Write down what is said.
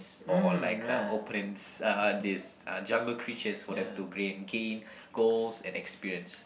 or like uh opponents uh this uh jungle creatures for them to grain gain golds and experience